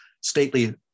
stately